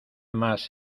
mas